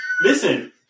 Listen